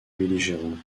belligérants